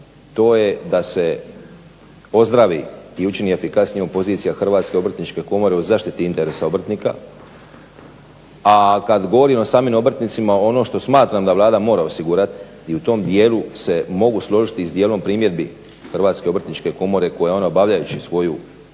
to je da se ozdravi i učini efikasnijom pozicija Hrvatske obrtničke komore u zaštiti interesa obrtnika, a kada govorim o samim obrtnicima ono što smatram da Vlada mora osigurati i u tom dijelu se mogu složiti s dijelom primjedbi Hrvatske obrtničke komora koje ona obavljajući svoju načelnu